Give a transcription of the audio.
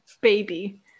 baby